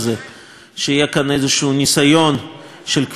שיהיה כאן ניסיון כלשהו של קביעת עובדות